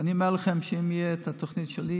ואני אומר לכם שאם תהיה התוכנית שלי,